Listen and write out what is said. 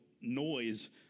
noise